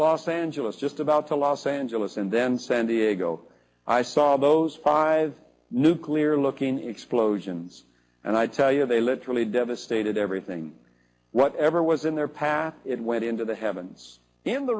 los angeles just about to los angeles and then send the go i saw those five nuclear looking explosions and i tell you they literally devastated everything whatever was in their path it went into the heavens in the